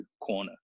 corner